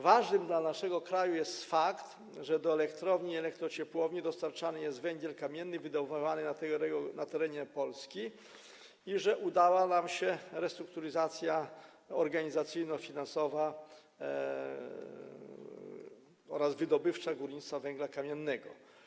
Ważny dla naszego kraju jest fakt, że do elektrowni i elektrociepłowni dostarczany jest węgiel kamienny wydobywany na terenie Polski i że udała nam się restrukturyzacja organizacyjno-finansowa oraz wydobywcza górnictwa węgla kamiennego.